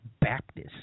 Baptists